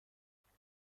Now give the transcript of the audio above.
بابات